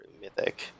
mythic